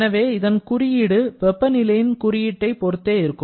எனவே இதன் குறியீடு வெப்பநிலையின் குறியீட்டைப் பொறுத்து இருக்கும்